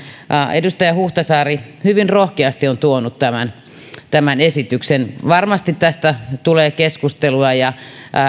edustaja huhtasaari hyvin rohkeasti on tuonut tämän tämän esityksen varmasti tästä tulee keskustelua ja